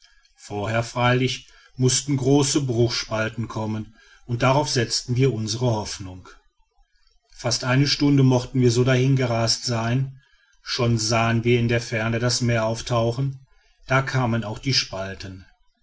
vorher freilich mußten große bruchspalten kommen und darauf setzten wir unsre hoffnung fast eine stunde mochten wir so dahingerast sein schon sahen wir in der ferne das meer auftauchen da kamen auch die spalten